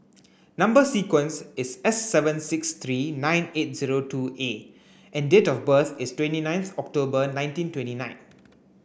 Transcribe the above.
number sequence is S seven six three nine eight zero two A and date of birth is twenty ninth October nineteen twenty nine